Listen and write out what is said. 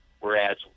Whereas